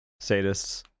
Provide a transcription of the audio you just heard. sadists